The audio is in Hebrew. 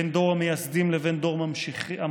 בין דור המייסדים לבין דור הממשיכים,